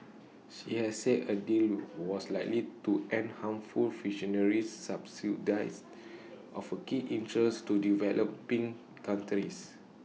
she has said A deal was likely to end harmful fisheries subsidies of keen interest to developing countries